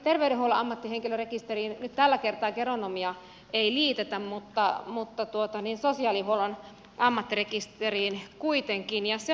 terveydenhuollon ammattihenkilörekisteriin nyt tällä kertaa geronomia ei liitetä mutta sosiaalihuollon ammattirekisteriin kuitenkin ja se on hyvä asia